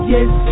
Yes